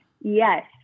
Yes